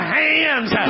hands